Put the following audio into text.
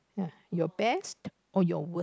ya your best or your worst